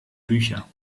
bücher